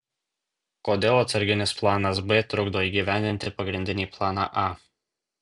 kodėl atsarginis planas b trukdo įgyvendinti pagrindinį planą a